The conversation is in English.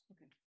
Okay